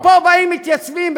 ופה באים ומתייצבים,